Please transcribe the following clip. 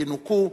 ינוקו,